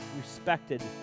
respected